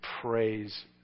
praise